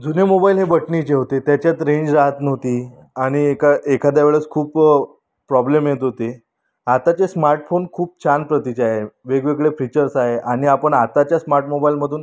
जुने मोबाईल हे बटणाचे होते त्याच्यात रेंज जात नव्हती आणि एका एखाद्या वेळेस खूप प्रॉब्लेम येत होते आताचे स्मार्टफोन खूप छान प्रतीचे आहे वेगवेगळे फ्रीचर्स आहे आणि आपण आताच्या स्मार्टमोबाईलमधून